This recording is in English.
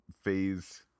phase